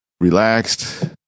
relaxed